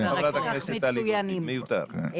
חברת הכנסת טלי גוטליב, מיותר.